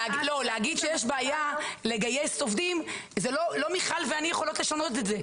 להגיד שיש בעיה לגייס עובדים זה לא מיכל ואני יכולות לשנות את זה,